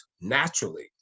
naturally